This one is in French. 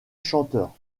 chanteur